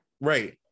right